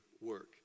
work